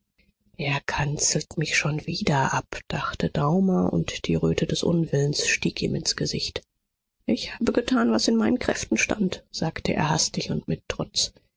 er kanzelt mich schon wieder ab dachte daumer und die röte des unwillens stieg ihm ins gesicht ich habe getan was in meinen kräften stand sagte er hastig und mit trotz